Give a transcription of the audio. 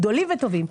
גדולים וטובים,